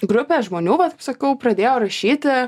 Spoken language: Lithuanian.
grupė žmonių vat kaip sakau pradėjo rašyti